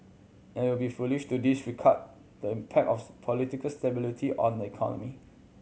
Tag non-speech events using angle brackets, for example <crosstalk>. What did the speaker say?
and it would be foolish to disregard the impact <unintelligible> political stability on the economy